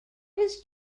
his